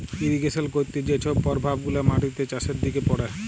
irrigation ক্যইরতে যে ছব পরভাব গুলা মাটিতে, চাষের দিকে পড়ে